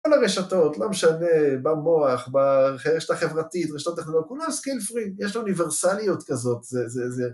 כל הרשתות, לא משנה, במוח, בחיישת החברתית, רשתות טכנולוגיות, כולה סקיל פרי, יש אוניברסליות כזאת, זה...